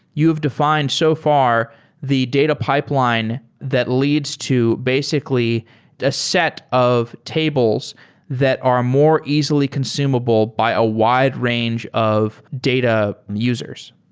you've defined so far the data pipeline that leads to basically the set of tables that are more easily consumable by a wide range of data users.